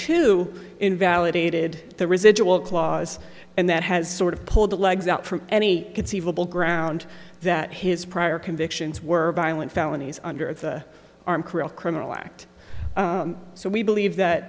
two invalidated the residual clause and that has sort of pulled the legs out from any conceivable ground that his prior convictions were violent felonies under the arm cruel criminal act so we believe that